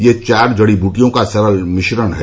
यह चार जडी बृटियों का सरल मिश्रण है